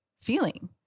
feeling